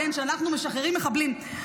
שאנחנו משחררים מחבלים,